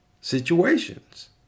situations